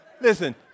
Listen